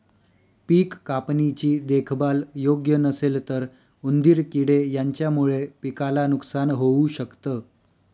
पिक कापणी ची देखभाल योग्य नसेल तर उंदीर किडे यांच्यामुळे पिकाला नुकसान होऊ शकत